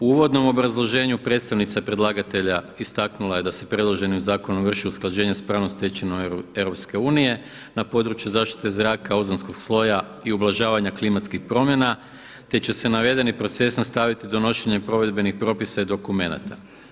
U uvodnom obrazloženju predstavnica predlagatelja istaknula je da se predloženim zakonom vrši usklađenje sa pravnom stečevinom EU, na području zaštite zraka, ozonskog sloja i ublažavanja klimatskih promjena, te će se navedeni proces nastaviti donošenjem provedbenih propisa i dokumenata.